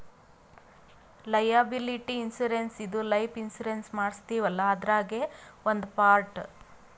liability insurance ಇದು life insurance ಮಾಡಸ್ತೀವಲ್ಲ ಅದ್ರಾಗೇ ಒಂದ್ ಪಾರ್ಟ್